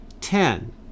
Ten